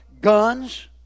guns